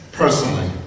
personally